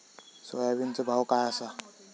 सोयाबीनचो भाव काय आसा?